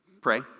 pray